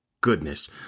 goodness